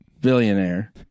billionaire